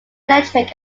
electric